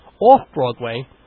off-Broadway